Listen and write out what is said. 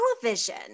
television